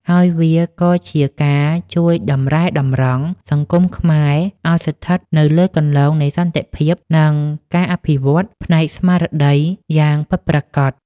ហើយវាក៏ជាការជួយតម្រែតម្រង់សង្គមខ្មែរឱ្យស្ថិតនៅលើគន្លងនៃសន្តិភាព និងការអភិវឌ្ឍផ្នែកស្មារតីយ៉ាងពិតប្រាកដ។